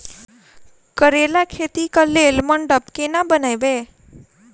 करेला खेती कऽ लेल मंडप केना बनैबे?